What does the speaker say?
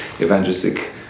evangelistic